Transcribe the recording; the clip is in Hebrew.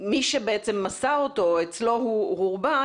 מי שבעצם מסר אותו או אצלו הוא הורבע,